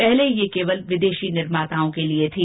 पहले यह सिर्फ विदेशी निर्माताओं के लिए थी